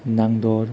नांदर